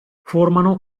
formano